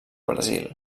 brasil